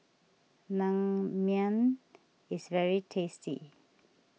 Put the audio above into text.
Naengmyeon is very tasty